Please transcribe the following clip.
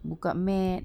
buka mat